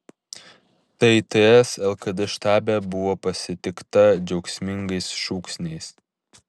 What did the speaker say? tai ts lkd štabe buvo pasitikta džiaugsmingais šūksniais